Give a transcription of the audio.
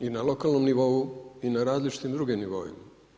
I na lokalnom nivou i na različitim drugim nivoima.